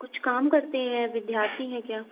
कुछ काम करते हैं विद्यार्थी हैं क्या